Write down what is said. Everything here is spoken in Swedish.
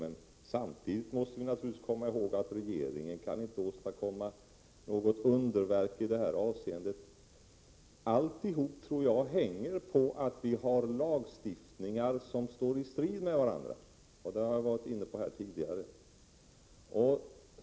Men samtidigt måste vi naturligtvis komma ihåg att regeringen inte kan åstadkomma något underverk i det här avseendet. Jag tror att allt hänger på att vi har lagstiftningar som står i strid med varandra. Det har jag varit inne på här tidigare.